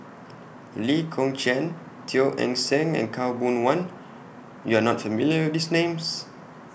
Lee Kong Chian Teo Eng Seng and Khaw Boon Wan YOU Are not familiar with These Names